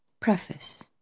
Preface